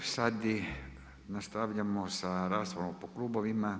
E sad nastavljamo sa raspravom po klubovima.